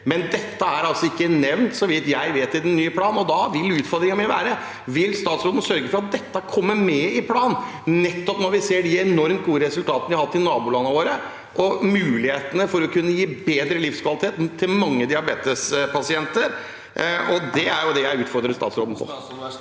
men dette er altså ikke nevnt, så vidt jeg vet, i den nye planen. Da er utfordringen min: Vil statsråden sørge for at dette kommer med i planen, når vi ser de enormt gode resultatene man har hatt i nabolandene våre, og muligheten for å kunne gi bedre livskvalitet til mange diabetespasienter? Det er det jeg utfordrer statsråden på.